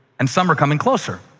and some are coming closer.